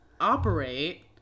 operate